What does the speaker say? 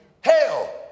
Hell